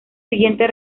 siguiente